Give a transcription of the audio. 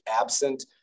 absent